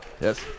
yes